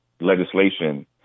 legislation